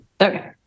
Okay